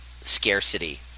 scarcity